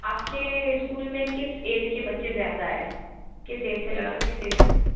आपके स्कूल में किस एज के बच्चे ज़्यादा है किस एज से लगा लो किस एज की